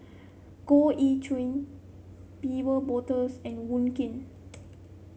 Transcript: Goh Ee Choo Wolters and Wong Keen